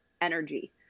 energy